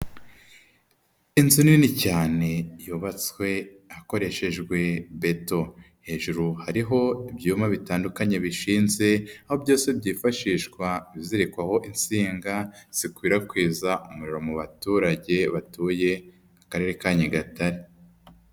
Inzu nini cyane yubatswe hakoreshejwe beto, hejuru hariho ibyuma bitandukanye bishinze aho byose byifashishwa bizirikwaho insinga zikwirakwiza umuriro mu baturage batuye Akarere ka Nyagatare.